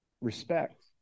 respect